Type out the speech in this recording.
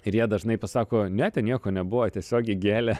ir jie dažnai pasako ne ten nieko nebuvo tiesiog įgėlė